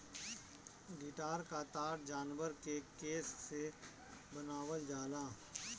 guitar क तार जानवर के केस से बनावल जाला